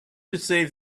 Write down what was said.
perceived